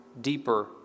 deeper